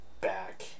back